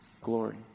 glory